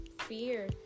fear